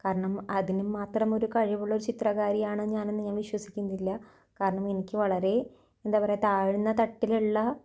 കാരണം അതിനും മാത്രം ഒരു കഴിവുള്ള ഒരു ചിത്രകാരിയാണ് ഞാൻ എന്ന് ഞാന് വിശ്വസിക്കുന്നില്ല കാരണം എനിക്ക് വളരെ എന്താ പറയാ താഴ്ന്ന തട്ടിലുള്ള